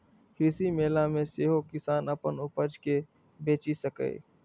कृषि मेला मे सेहो किसान अपन उपज कें बेचि सकैए